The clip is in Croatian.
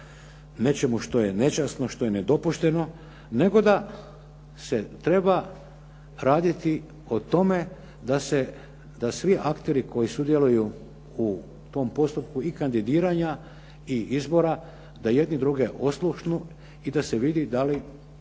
nečemu što je nečasno, što je nedopušteno, nego da se treba raditi o tome da svi akteri koji sudjeluju u tom postupku i kandidiranja i izbora da jedni druge oslušnu i da se vidi kakve